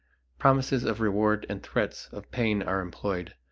promises of reward and threats of pain are employed.